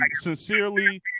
sincerely